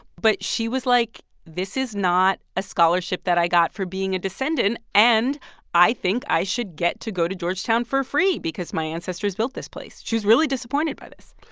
but she was like, this is not a scholarship that i got for being a descendent. and i think i should get to go to georgetown for free because my ancestors built this place. she was really disappointed by this